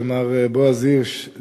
מר בועז הירש,